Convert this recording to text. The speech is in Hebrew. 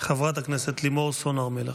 חברת הכנסת לימור סון הר מלך.